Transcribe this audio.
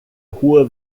hohe